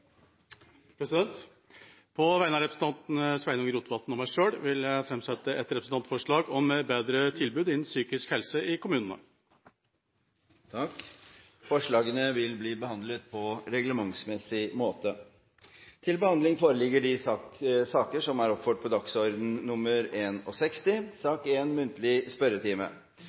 På vegne av representanten Sveinung Rotevatn og meg selv vil jeg framsette et representantforslag om bedre tilbud innen psykisk helse i kommunene. Forslagene vil bli behandlet på reglementsmessig måte. Stortinget mottok mandag meddelelse fra Statsministerens kontor om at statsminister Erna Solberg vil møte til muntlig spørretime.